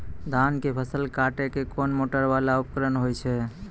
धान के फसल काटैले कोन मोटरवाला उपकरण होय छै?